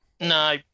No